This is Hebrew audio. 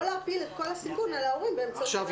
לא להפיל את כל הסיכון על ההורים באמצעות דמי הביטול.